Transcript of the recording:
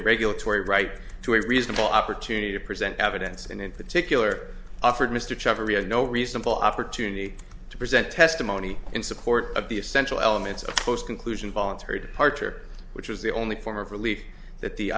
and regulatory right to a reasonable opportunity to present evidence and in particular offered mr chivery a no reasonable opportunity to present testimony in support of the essential elements of post conclusion voluntary departure which was the only form of relief that the